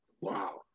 wow